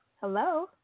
Hello